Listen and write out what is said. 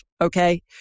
Okay